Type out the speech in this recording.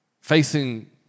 Facing